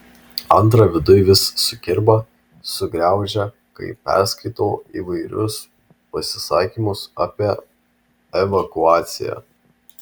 antra viduj vis sukirba sugraužia kai perskaitau įvairius pasisakymus apie evakuaciją